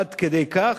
עד כדי כך,